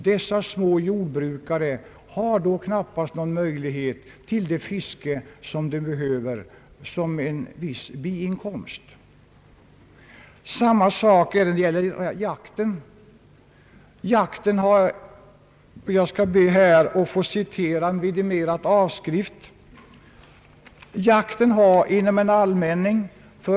Dessa små jordbrukare har då knappast någon möjlighet att bedriva det fiske som de behöver såsom en viss biinkomst. Samma är förhållandet när det gäller jakten. Jag skall be att få citera en vidimerad avskrift av en skrivelse till deiägare i en allmänningsskog.